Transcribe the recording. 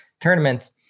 tournaments